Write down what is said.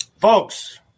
folks